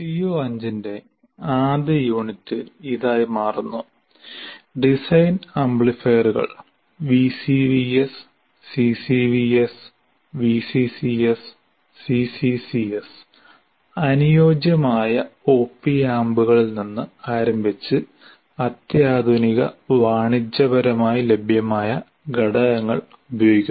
CO5 ന്റെ ആദ്യ unit ഇതായി മാറുന്നു ഡിസൈൻ ആംപ്ലിഫയറുകൾ VCVS CCVS VCCS CCCS അനുയോജ്യമായ ഒപി ആമ്പുകളിൽ നിന്ന് ആരംഭിച്ച് അത്യാധുനിക വാണിജ്യപരമായി ലഭ്യമായ ഘടകങ്ങൾ ഉപയോഗിക്കുന്നു